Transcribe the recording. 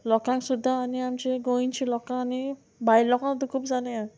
लोकांक सुद्दां आनी आमचे गोंयच्या लोकां आनी भायल्या लोकांक सुद्दां खूब जाल्या